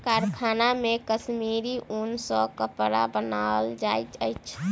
कारखाना मे कश्मीरी ऊन सॅ कपड़ा बनायल जाइत अछि